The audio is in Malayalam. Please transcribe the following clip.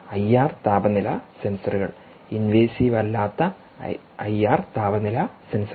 ഐആർ താപനില സെൻസറുകൾ ഇൻവേസീവ് അല്ലാത്ത ഐആർ താപനില സെൻസറുകൾ